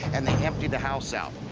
and they empty the house out.